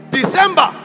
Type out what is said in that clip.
December